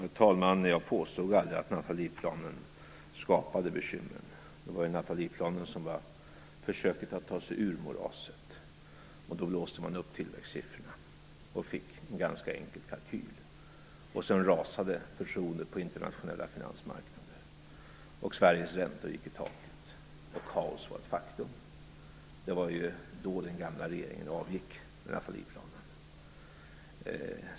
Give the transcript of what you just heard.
Herr talman! Jag påstod aldrig att Nathalieplanen skapade bekymren. Nathalieplanen var försöket att ta sig ur moraset. Man blåste upp tillväxtsiffrorna och fick en ganska enkel kalkyl. Sedan rasade förtroendet på den internationella finansmarknaden, Sveriges räntor gick i taket och kaos var ett faktum. Nathalieplanen kom när den gamla regeringen avgick.